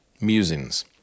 musings